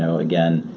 and again,